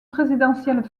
présidentielles